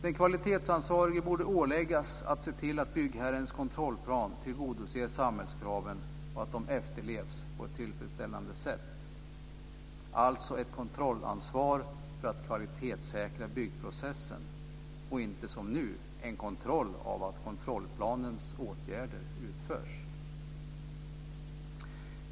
Den kvalitetsansvarige borde åläggas att se till att byggherrens kontrollplan tillgodoser samhällskraven och att de efterlevs på ett tillfredsställande sätt - alltså ett kontrollansvar för att kvalitetssäkra byggprocessen och inte som nu en kontroll av att kontrollplanens åtgärder utförs.